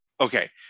Okay